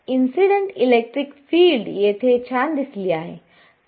incident electric field येथे छान दिसली आहे